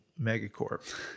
megacorp